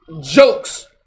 jokes